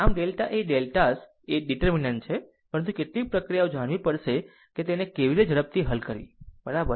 આમ ડેલ્ટા એ ડેલ્ટાસ એ ડીટેર્મિનન્ટ છે પરંતુ કેટલીક પ્રક્રિયાઓ જાણવી પડશે કે તેને કેવી રીતે ઝડપથી હલ કરવી બરાબર